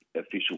official